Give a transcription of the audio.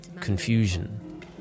confusion